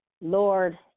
Lord